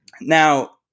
Now